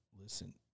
Listen